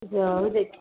ଯାହା ହଉ ଦେଖି